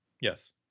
yes